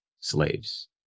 slaves